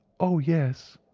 oh, yes.